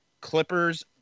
Clipper's